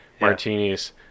martinis